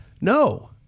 no